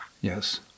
Yes